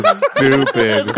stupid